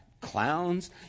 clowns